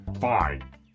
Fine